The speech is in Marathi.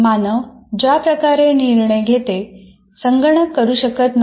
मानव ज्या प्रकारे निर्णय घेते संगणक करू शकत नाही